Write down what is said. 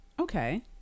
Okay